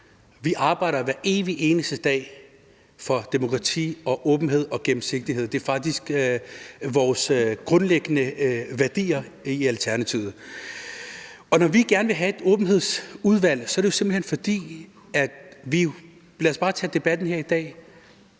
Vi arbejder hver evig eneste dag for demokrati, åbenhed og gennemsigtighed – det er faktisk vores grundlæggende værdier i Alternativet. Når vi gerne vil have et åbenhedsudvalg, er det jo simpelt hen, fordi – lad os bare tage debatten her i dag